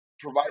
provide